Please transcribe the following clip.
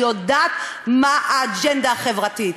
אני יודעת מה האג'נדה החברתית.